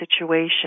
situation